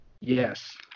Yes